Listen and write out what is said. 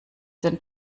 den